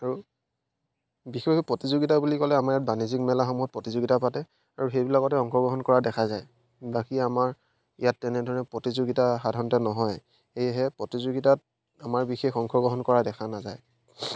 আৰু বিশেষভাৱে প্ৰতিযোগীতা বুলি ক'লে আমাৰ ইয়াত বাণিজ্যিক মেলাসমূহত প্ৰতিযোগীতা পাতে আৰু সেইবিলাকতে অংশগ্ৰহণ কৰা দেখা যায় বাকী আমাৰ ইয়াত তেনেদৰে প্ৰতিযোগীতা সাধাৰণতে নহয় সেয়েহে প্ৰতিযোগীতাত আমাৰ বিশেষ অংশগ্ৰহণ কৰা দেখা নাযায়